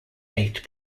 eight